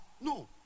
no